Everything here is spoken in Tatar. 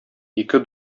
ике